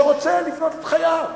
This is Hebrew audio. שרוצה לבנות את חייו,